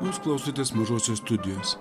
jūs klausotės mažosios studijos